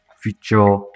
feature